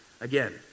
again